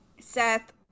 seth